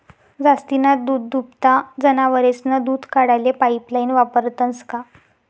जास्तीना दूधदुभता जनावरेस्नं दूध काढाले पाइपलाइन वापरतंस का?